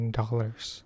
dollars